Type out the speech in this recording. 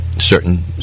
certain